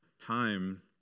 time